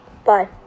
Bye